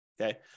Okay